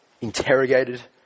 interrogated